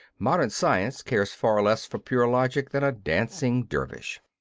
modern science cares far less for pure logic than a dancing dervish.